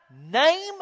name